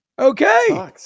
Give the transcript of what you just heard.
Okay